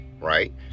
right